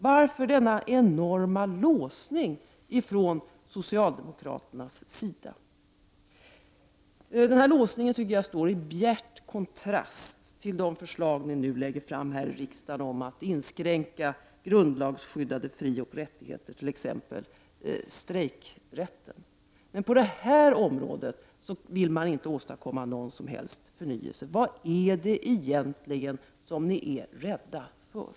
Varför denna enorma låsning från socialdemokraternas sida? Den låsningen står i bjärt kontrast till de förslag som ni nu lägger fram här i riksdagen om att inskränka grundlagsskyddade frioch rättigheter, t.ex. strejkrätten. Men på det här området vill ni inte åstadkomma någon som helst förnyelse. Vad är det egentligen ni är rädda för?